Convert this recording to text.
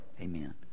Amen